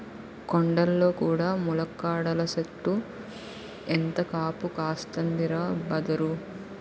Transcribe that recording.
కొండల్లో కూడా ములక్కాడల సెట్టు ఎంత కాపు కాస్తందిరా బదరూ